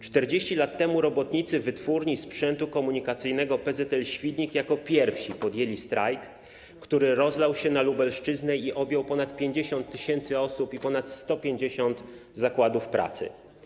40 lat temu robotnicy Wytwórni Sprzętu Komunikacyjnego PZL-Świdnik jako pierwsi podjęli strajk, który rozlał się na Lubelszczyznę i objął ponad 50 tys. osób, ponad 150 zakładów pracy.